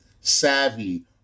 Savvy